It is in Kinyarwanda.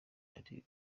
ari